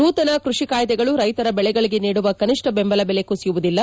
ನೂಶನ ಕೃಷಿ ಕಾಯ್ದೆಗಳು ರೈತರ ಬೆಳೆಗಳಿಗೆ ನೀಡುವ ಕನಿಷ್ಠ ಬೆಂಬಲ ಬೆಲೆ ಕಸಿಯುವುದಿಲ್ಲ